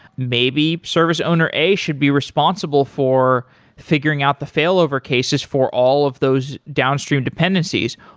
maybe service owner a should be responsible for figuring out the fail over cases for all of those downstream dependencies.